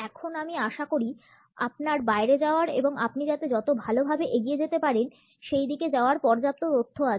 এখন আমি আশা করি আপনার বাইরে যাওয়ার এবং আপনি যাতে যত ভালোভাবে এগিয়ে যেতে পারেন সেই দিকে যাওয়ার পর্যাপ্ত তথ্য আছে